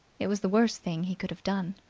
it was the worst thing he could have done.